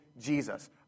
Jesus